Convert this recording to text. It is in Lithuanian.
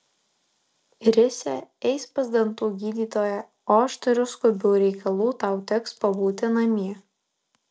risia eis pas dantų gydytoją o aš turiu skubių reikalų tau teks pabūti namie